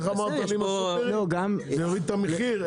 איך אמרת יעלה את המחיר?